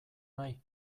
nahi